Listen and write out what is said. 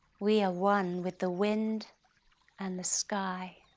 we are one with the wind and the sky.